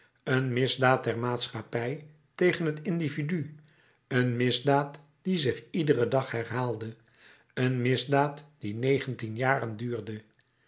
een misdaad der maatschappij tegen het individu een misdaad die zich iederen dag herhaalde een misdaad die negentien jaren duurde